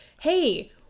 hey